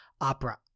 opera